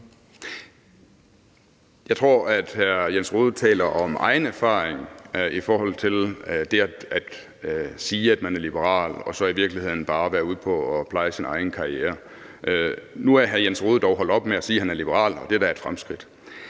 Jeg tror, hr. Jens Rohde taler om egen erfaring i forhold til det at sige, at man er liberal og så i virkeligheden bare være ude på at pleje sin egen karriere. Nu er hr. Jens Rohde dog holdt op med at sige, at han er liberal – og det er da et fremskridt.